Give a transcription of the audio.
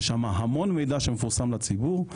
יש שם המון מידע שמפורסם בציבור.